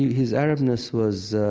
his arabness was,